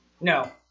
No